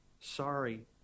sorry